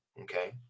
Okay